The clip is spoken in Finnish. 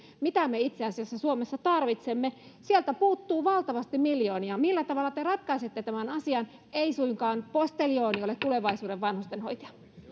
mitä me itse asiassa suomessa tarvitsemme sieltä puuttuu valtavasti miljoonia millä tavalla te ratkaisette tämän asian ei suinkaan posteljooni ole tulevaisuuden vanhustenhoitaja